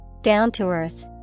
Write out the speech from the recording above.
Down-to-earth